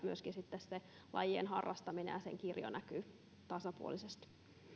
myöskin lajien harrastaminen ja sen kirjo näkyvät tasapuolisesti